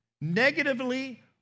negatively